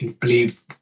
believe